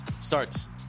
starts